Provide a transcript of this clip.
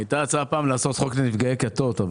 הייתה פעם הצעה לעשות חוק לנפגעי כתות.